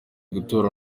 gutora